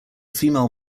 female